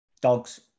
dogs